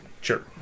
Sure